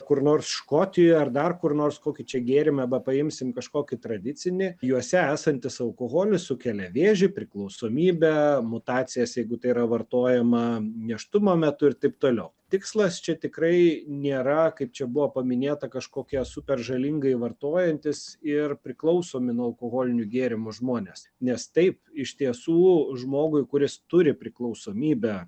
kur nors škotijoj ar dar kur nors kokį čia gėrimą bepaimsim kažkokį tradicinį juose esantis alkoholis sukelia vėžį priklausomybę mutacijas jeigu tai yra vartojama nėštumo metu ir taip toliau tikslas čia tikrai nėra kaip čia buvo paminėta kažkokia superžalingai vartojantys ir priklausomi nuo alkoholinių gėrimų žmonės nes taip iš tiesų žmogui kuris turi priklausomybę